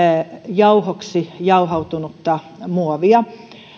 jauhoksi jauhautunutta muovia